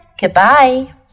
goodbye